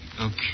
Okay